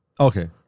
Okay